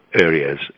areas